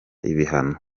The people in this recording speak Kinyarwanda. ibihano